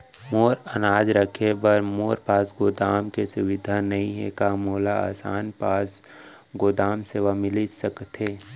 मोर अनाज रखे बर मोर पास गोदाम के सुविधा नई हे का मोला आसान पास गोदाम सेवा मिलिस सकथे?